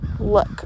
look